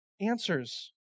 answers